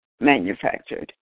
manufactured